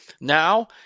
now